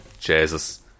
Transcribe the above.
Jesus